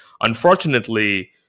unfortunately